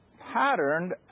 patterned